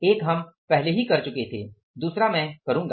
एक हम पहले ही कर चुके थे दूसरा मैं करूंगा